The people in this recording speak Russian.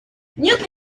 нет